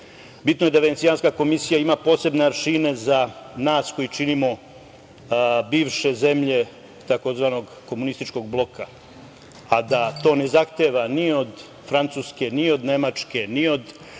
Bitno je da Venecijanska komisija ima posebne aršine za nas koji činimo bivše zemlje tzv. komunističkog bloka, a da to ne zahteva ni od Francuske, ni od Nemačke, ni od